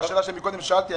השאלה שקודם שאלתי,